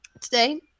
today